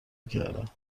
میکردم